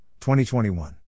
2021